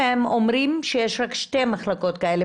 והם אומרים שיש רק שתי מחלקות כאלה.